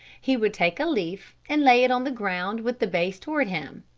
he would take a leaf and lay it on the ground with the base toward him.